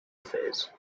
affairs